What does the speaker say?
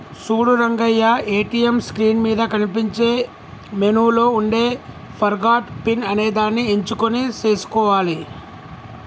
చూడు Rangaiah ATM screen మీద కనిపించే మెనూలో ఉండే ఫర్గాట్ పిన్ అనేదాన్ని ఎంచుకొని సేసుకోవాలి